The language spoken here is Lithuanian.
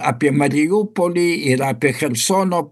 apie mariupolį ir apie chersono